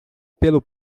pelo